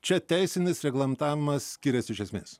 čia teisinis reglamtavimas skiriasi iš esmės